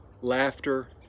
Laughter